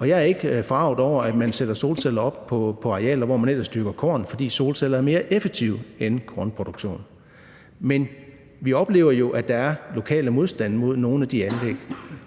Jeg er ikke forarget over, at man sætter solceller op på arealer, hvor man ellers dyrker korn, fordi solceller er mere effektive end kornproduktion. Men vi oplever jo, at der er lokal modstand mod nogle af de anlæg,